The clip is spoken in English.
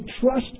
trust